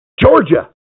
Georgia